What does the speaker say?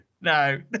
No